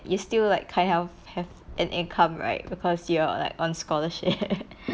is still like kind of have an income right because you're like on scholarship